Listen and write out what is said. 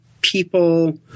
people